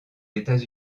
états